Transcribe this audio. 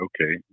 Okay